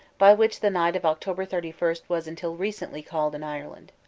by which the night of october thirty first was until recently called in ireland.